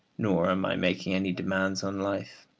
nor am i making any demands on life.